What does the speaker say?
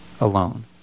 alone